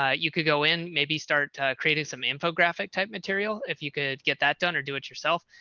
ah you could go in, maybe start creating some infographic type material, if you could get that done or do it yourself.